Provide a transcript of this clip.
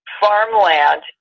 farmland